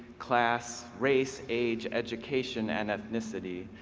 class, race, age, education, and ethnicity,